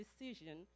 decision